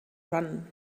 run